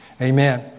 Amen